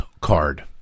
card